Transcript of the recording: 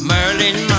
Merlin